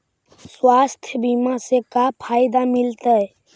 स्वास्थ्य बीमा से का फायदा मिलतै?